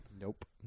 Nope